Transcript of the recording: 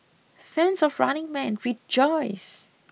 Fans of Running Man rejoice